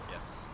Yes